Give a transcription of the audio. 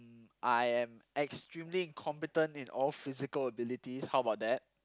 I am extremely incompetent in all physical abilities how about that